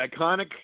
iconic